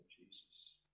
Jesus